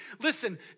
Listen